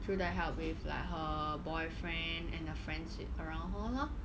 through the help with like her boyfriend and the friendship around her lor